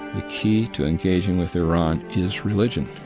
the key to engaging with iran is religion.